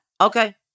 Okay